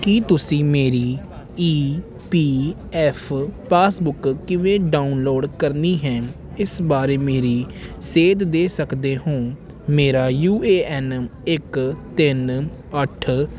ਕੀ ਤੁਸੀਂ ਮੇਰੀ E P F passbook ਕਿਵੇਂ ਡਾਊਨਲੋਡ ਕਰਨੀ ਹੈ ਇਸ ਬਾਰੇ ਮੇਰੀ ਸੇਧ ਦੇ ਸਕਦੇ ਹੋ ਮੇਰਾ ਯੂ ਏ ਐੱਨ ਇੱਕ ਤਿੰਨ ਅੱਠ